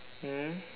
mm